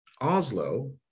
oslo